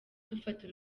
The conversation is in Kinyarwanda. dufata